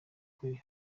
kurira